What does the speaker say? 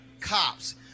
cops